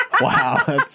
Wow